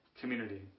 community